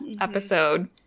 episode